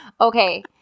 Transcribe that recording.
Okay